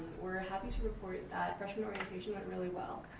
we're happy to report that freshmen orientation went really well.